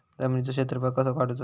जमिनीचो क्षेत्रफळ कसा काढुचा?